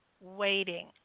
waiting